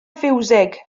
fiwsig